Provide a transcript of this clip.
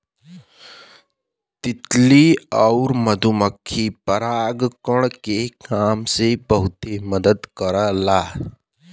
तितली आउर मधुमक्खी परागण के काम में बहुते मदद करला